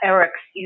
Eric's